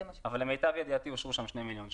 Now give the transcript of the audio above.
אבל למיטב ידיעתי אושרו שם 2 מיליון שקלים.